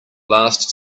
last